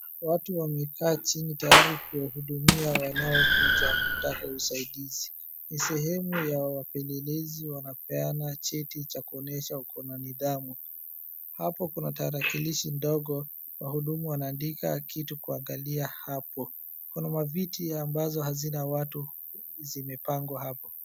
Watu wamekaa chini tayari kuwahudumia wanaokuja kutaka usaidizi. Ni sehemu ya wapererezi wanapeana cheti cha kuonyesha uko na nidhamu. Hapo kuna tarakirishi ndogo, wahudumu wanaandika kitu kuangalia hapo. Kuna maviti ambazo hazina watu zimepangwa hapo.